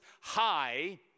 high